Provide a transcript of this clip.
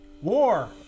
war